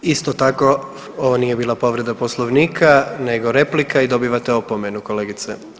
Isto tako, ovo nije bila povreda Poslovnika nego replika i dobivate opomenu kolegice.